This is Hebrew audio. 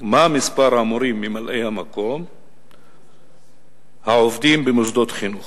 מה מספר המורים ממלאי-המקום העובדים במוסדות חינוך,